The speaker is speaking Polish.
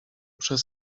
przez